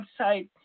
website